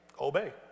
Obey